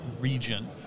region